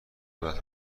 قدرت